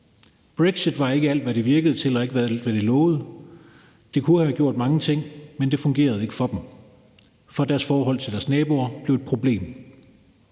Brexit var ikke alt, hvad det virkede til, og ikke, hvad de lovede. Det kunne have gjort mange ting, men det fungerede ikke for dem, for deres forhold til deres naboer blev et problem.